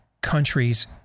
countries